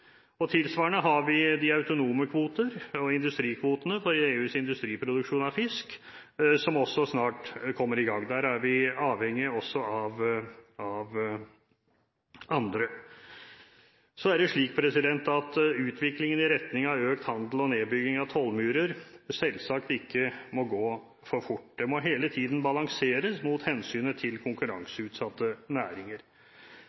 Tilsvarende har vi de autonome kvoter og industrikvotene for EUs industriproduksjon av fisk som også snart kommer i gang. Der er vi avhengig også av andre. Så er det slik at utviklingen i retning av økt handel og nedbygging av tollmurer selvsagt ikke må gå for fort. Det må hele tiden balanseres mot hensynet til